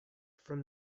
from